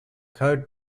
code